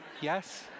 yes